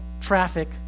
traffic